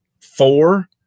four